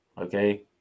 Okay